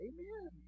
Amen